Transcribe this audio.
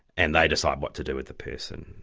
and they decide what to do with the person.